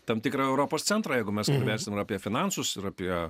tam tikrą europos centrą jeigu mes kalbėsim ir apie finansus ir apie